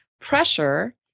pressure